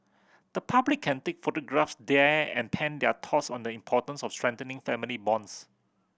the public can take photographs there and pen their thoughts on the importance of strengthening family bonds